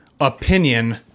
opinion